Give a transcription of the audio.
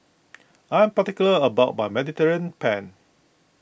I am particular about my Mediterranean Penne